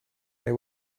they